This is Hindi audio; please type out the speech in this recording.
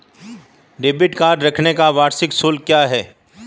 डेबिट कार्ड रखने का वार्षिक शुल्क क्या है?